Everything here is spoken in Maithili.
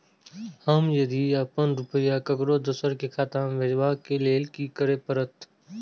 हम यदि अपन रुपया ककरो दोसर के खाता में भेजबाक लेल कि करै परत?